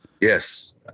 Yes